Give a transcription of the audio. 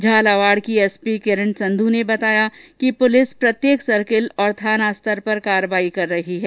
झालावाड़ की एसपी किरण संधू ने बताया कि पुलिस प्रत्येक सर्किल और थाना स्तर पर कार्रवाई कर रही है